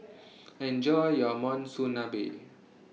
Enjoy your Monsunabe